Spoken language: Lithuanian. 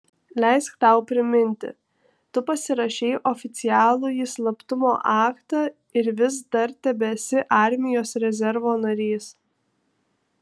leisk tau priminti tu pasirašei oficialųjį slaptumo aktą ir vis dar tebesi armijos rezervo narys